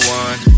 one